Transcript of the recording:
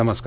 नमस्कार